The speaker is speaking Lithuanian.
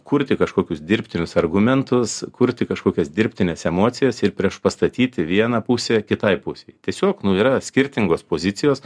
kurti kažkokius dirbtinius argumentus kurti kažkokias dirbtines emocijas ir priešpastatyti vieną pusę kitai pusei tiesiog nu yra skirtingos pozicijos